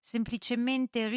Semplicemente